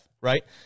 right